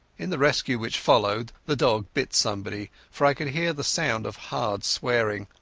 in the rescue which followed the dog bit somebody, for i could hear the sound of hard swearing.